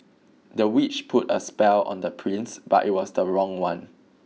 the witch put a spell on the prince but it was the wrong one